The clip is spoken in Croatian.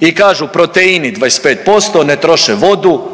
I kažu proteini 25% ne troše vodu.